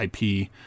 ip